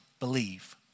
Believe